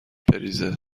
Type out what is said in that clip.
بریزه